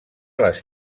les